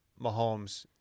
Mahomes